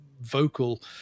vocal